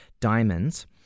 diamonds